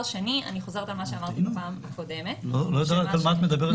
אני לא יודע על מה את מדברת.